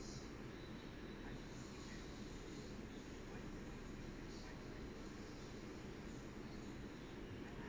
it's